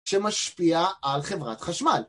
שמשפיע על חברת חשמל